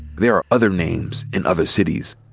there are other names in other cities.